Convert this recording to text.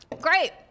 Great